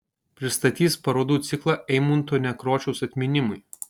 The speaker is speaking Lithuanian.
pristatys parodų ciklą eimunto nekrošiaus atminimui